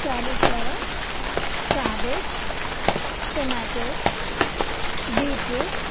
cauliflower cabbage tomato beetroot